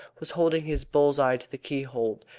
was holding his bull's-eye to the keyhole,